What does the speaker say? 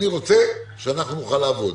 אני רוצה שאנחנו נוכל לעבוד.